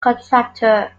contractor